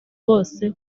bose